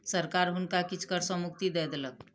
सरकार हुनका किछ कर सॅ मुक्ति दय देलक